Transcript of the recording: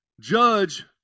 judge